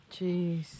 jeez